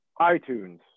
iTunes